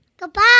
Goodbye